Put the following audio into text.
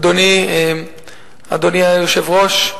אדוני היושב-ראש?